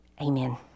Amen